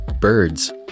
Birds